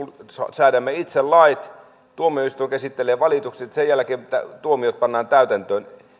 säädämme itse lait tuomioistuin käsittelee valitukset ja sen jälkeen tuomiot pannaan täytäntöön